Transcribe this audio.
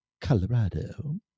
colorado